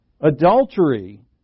Adultery